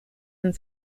and